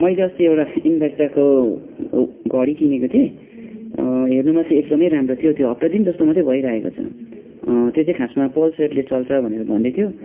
मैले अस्ति एउटा इन्भिक्टाको घडी किनेको थिएँ हेर्नुमा चाहिँ एकदमै राम्रो थियो त्यो हप्ता दिन जस्तो मात्रै भइरहेको छ त्यो चाहिँ खासमा पल्स रेटले चल्छ भन्दैथियो